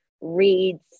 reads